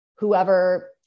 Whoever